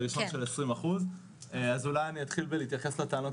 זאת אומרת לא כל אחד.